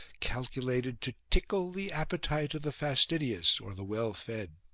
calculated to tickle the appetite of the fastidious or the well-fed.